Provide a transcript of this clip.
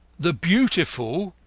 the beautiful,